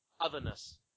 otherness